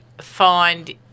find